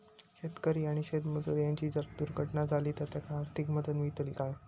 शेतकरी आणि शेतमजूर यांची जर दुर्घटना झाली तर त्यांका आर्थिक मदत मिळतली काय?